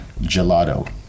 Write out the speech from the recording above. gelato